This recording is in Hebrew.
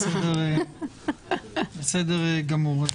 בסדר גמור.